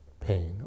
pain